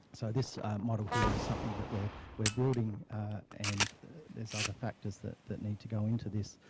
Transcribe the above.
so this model here is something that we're we're building and there's other factors that that need to go into this,